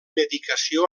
medicació